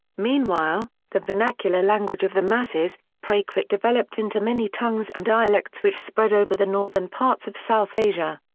meanwhile, the vernacular language of the masses, prakrit developed into many tongues and dialects which spread over the northern parts of south asia.